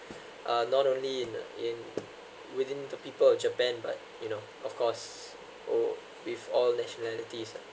uh not only in uh in within the people of japan but you know of course all with all nationalities ah